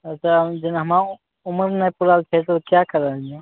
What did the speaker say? अच्छा जेना उमन्ग नहि खुलल छै तऽ किए करल जाए